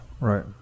Right